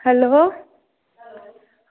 hello